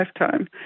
lifetime